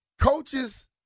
coaches